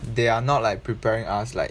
they are not like preparing us like